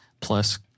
plus